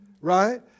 Right